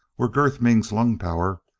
where girth means lung power,